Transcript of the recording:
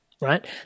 Right